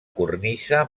cornisa